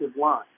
line